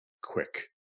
quick